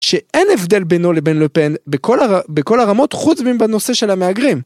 שאין הבדל בינו לבין לופן בכל הרמות חוץ מבנושא של המהגרים.